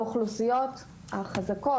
האוכלוסיות החזקות,